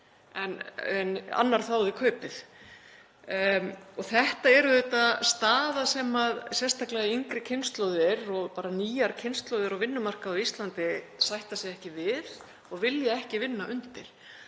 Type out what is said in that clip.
en annar þáði kaupið. Þetta er auðvitað staða sem sérstaklega yngri kynslóðir og bara nýjar kynslóðir á vinnumarkaði á Íslandi sætta sig ekki við og vilja ekki vinna undir.